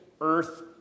earth